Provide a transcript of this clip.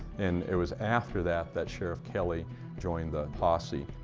and it was after that that sheriff kelley joined the posse.